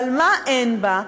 אבל מה אין בה?